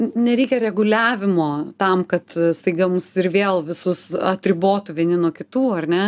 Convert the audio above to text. nereikia reguliavimo tam kad staiga mus ir vėl visus atribotų vieni nuo kitų ar ne